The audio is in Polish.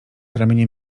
ramieniem